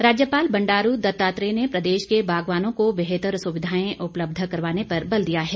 राज्यपाल राज्यपाल बंडारू दत्तात्रेय ने प्रदेश के बागवानों को बेहतर सुविधाएं उपलब्ध करवाने पर बल दिया है